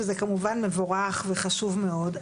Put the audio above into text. שזה כמובן מבורך וחשוב מאוד,